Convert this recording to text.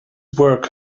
work